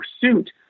pursuit